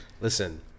Listen